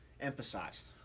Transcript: emphasized